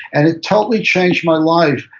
and it totally changed my life,